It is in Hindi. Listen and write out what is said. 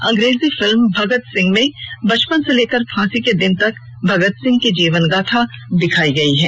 अंग्रेजी फिल्म भगत सिंह में बचपन से लेकर फांसी के दिन तक भगत सिंह की जीवनगाथा को दिखाया गया है